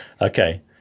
Okay